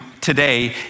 today